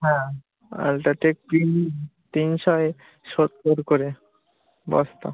হ্যাঁ আল্ট্রাটেক তিন তিনশো সত্তর করে বস্তা